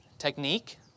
Technique